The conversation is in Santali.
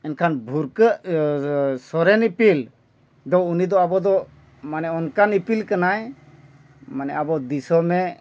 ᱮᱱᱠᱷᱟᱱ ᱵᱷᱩᱨᱠᱟᱹᱜ ᱥᱚᱨᱮᱱ ᱤᱯᱤᱞ ᱫᱚ ᱩᱱᱤ ᱫᱚ ᱟᱵᱚ ᱫᱚ ᱢᱟᱱᱮ ᱚᱱᱠᱟᱱ ᱤᱯᱤᱞ ᱠᱟᱱᱟᱭ ᱢᱟᱱᱮ ᱟᱵᱚ ᱫᱤᱥᱚᱢᱮ